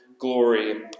glory